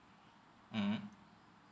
mmhmm